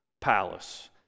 palace